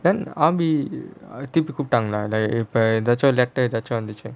then army திருப்பி கூப்டாங்களா:thiruppi kooptaangalaa if the actual letter ஏதாச்சும் வந்துச்சா:ethaachum vanthuchaa